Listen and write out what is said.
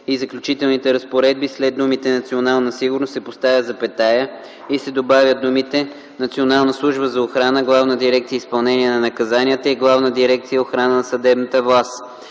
и заключителните разпоредби след думите „Национална сигурност” се поставя запетая и се добавят думите „Национална служба за охрана, Главна дирекция „Изпълнение на наказанията” и Главна дирекция „Охрана на съдебната власт”.